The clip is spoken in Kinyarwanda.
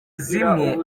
zimwe